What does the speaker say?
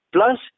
Plus